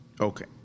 Okay